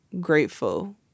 grateful